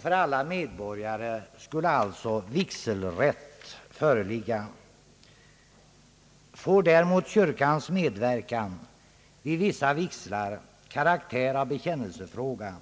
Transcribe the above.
För alla medborgare skulle alltså vigselrätt föreligga. Får däremot kyrkans medverkan vid vissa vigslar karaktär av bekännelsefråga,